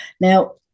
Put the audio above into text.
Now